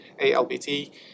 ALBT